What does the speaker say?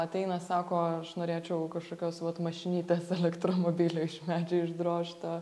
ateina sako aš norėčiau kažkokios vat mašinytės elektromobilio iš medžio išdrožto